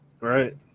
right